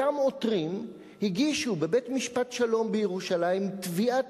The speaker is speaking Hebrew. אותם עותרים הגישו בבית-משפט השלום בירושלים תביעת